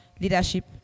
leadership